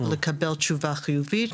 לקבל תשובה חיובית,